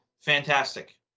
fantastic